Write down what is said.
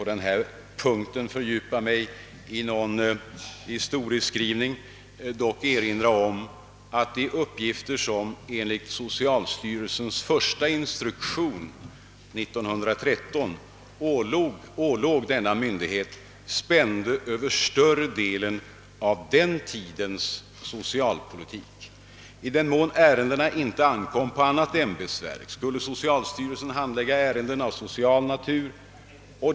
Utan att fördjupa mig i den historiska utvecklingen vill jag, liksom flera talare före mig har gjort, erinra om att socialstyrelsens första instruk tion — den trädde för övrigt i kraft från och med år 1913 — ålade denna myndighet en rad olika uppgifter, som spände över större delen av den tidens socialpolitik. I den mån ärenden av social natur inte ankom på annat ämbetsverk skulle socialstyrelsen handlägga dem.